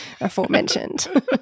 aforementioned